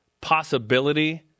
possibility